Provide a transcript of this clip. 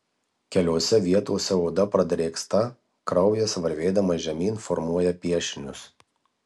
keliose vietose oda pradrėksta kraujas varvėdamas žemyn formuoja piešinius